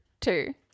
two